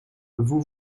vous